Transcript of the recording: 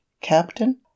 Captain